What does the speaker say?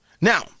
Now